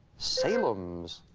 salems.